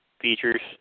features